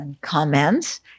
Comments